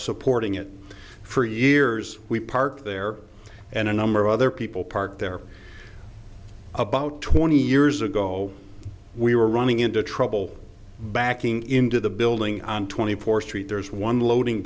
supporting it for years we parked there and a number of other people parked there about twenty years ago we were running into trouble backing into the building on twenty fourth street there's one loading